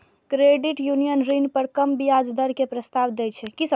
credit union ऋण पर कम ब्याज दर के प्रस्ताव दै छै